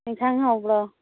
ꯌꯦꯟꯖꯥꯡ ꯍꯥꯎꯕ꯭ꯔꯣ